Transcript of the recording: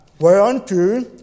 Whereunto